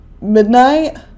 midnight